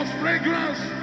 fragrance